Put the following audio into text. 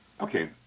Okay